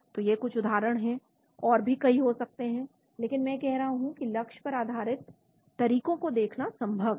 तो ये कुछ उदाहरण हैं और भी कई हो सकते हैं लेकिन मैं कह रहा हूं कि लक्ष्य पर आधारित तरीकों को देखना संभव है